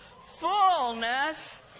Fullness